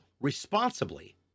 responsibly